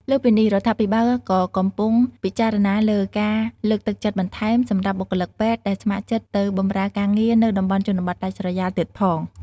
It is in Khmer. លើសពីនេះ រដ្ឋាភិបាលក៏កំពុងពិចារណាលើ ការលើកទឹកចិត្តបន្ថែម សម្រាប់បុគ្គលិកពេទ្យដែលស្ម័គ្រចិត្តទៅបម្រើការងារនៅតំបន់ជនបទដាច់ស្រយាលទៀតផង។